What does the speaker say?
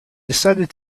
decided